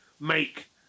make